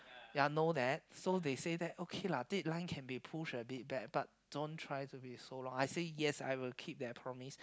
ya know that so they say that okay lah dateline can be push a bit back but don't try to be so long I say that yes I will keep that promise